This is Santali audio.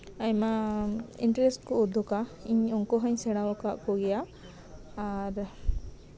ᱟᱭᱢᱟ ᱤᱱᱴᱟᱨᱮᱥᱴ ᱠᱚ ᱩᱫᱩᱜᱟ ᱤᱧ ᱩᱱᱠᱩ ᱦᱚᱧ ᱥᱮᱲᱟᱣ ᱠᱟᱜ ᱠᱚᱜᱮᱭᱟ ᱟᱨ